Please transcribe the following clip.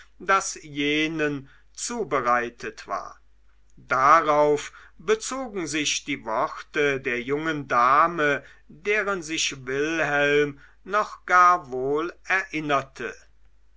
das jenen zubereitet war darauf bezogen sich die worte der jungen dame deren sich wilhelm noch gar wohl erinnerte